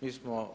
Mi smo